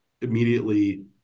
immediately